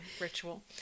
ritual